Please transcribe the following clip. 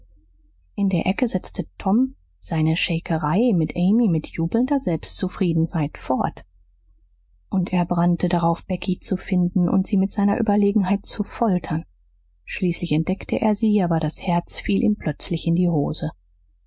in der ecke setzte tom seine schäkerei mit amy mit jubelnder selbstzufriedenheit fort und er brannte darauf becky zu finden und sie mit seiner überlegenheit zu foltern schließlich entdeckte er sie aber das herz fiel ihm plötzlich in die hosen